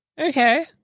Okay